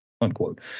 unquote